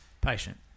patient